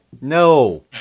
No